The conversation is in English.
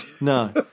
No